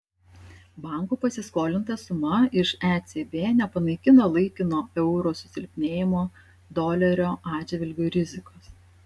bankų pasiskolinta suma iš ecb nepanaikina laikino euro susilpnėjimo dolerio atžvilgiu rizikos